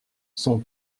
son